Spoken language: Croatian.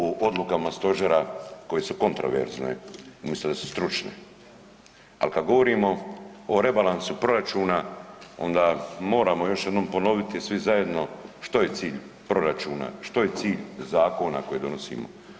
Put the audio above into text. U odlukama stožera koje su kontraverzne umjesto da su stručne, ali kad govorimo o rebalansu proračuna onda moramo još jednom ponoviti svi zajedno što je cilj proračuna, što je cilj zakona koje donosimo.